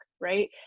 right